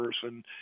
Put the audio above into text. person